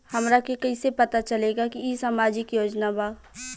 हमरा के कइसे पता चलेगा की इ सामाजिक योजना बा?